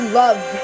love